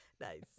nice